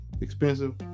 Expensive